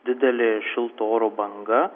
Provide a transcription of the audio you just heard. didelė šilto oro banga